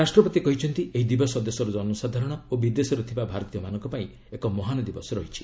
ରାଷ୍ଟ୍ରପତି କହିଛନ୍ତି ଏହି ଦିବସ ଦେଶର ଜନସାଧାରଣ ଓ ବିଦେଶରେ ଥିବା ଭାରତୀୟମାନଙ୍କ ପାଇଁ ଏକ ମହାନ ଦିବସ ରହିଛି